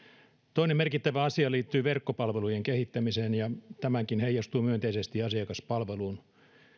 toinen merkittävä asia liittyy verkkopalvelujen kehittämiseen ja tämäkin heijastuu myönteisesti asiakaspalveluun